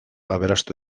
aberastu